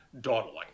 dawdling